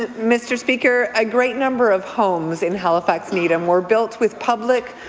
and mr. speaker, a great number of homes in halifax-needham were built with public,